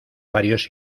varios